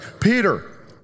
Peter